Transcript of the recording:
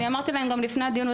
אמרתי להם גם לפני הדיון,